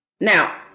Now